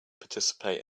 participate